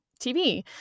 TV